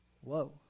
Whoa